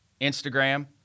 Instagram